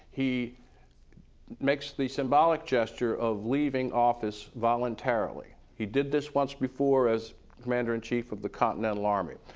he makes the symbolic gesture of leaving office voluntarily, he did this once before as commander in chief of the continental army.